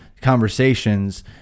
conversations